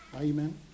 Amen